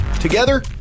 Together